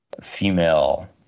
female